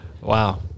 Wow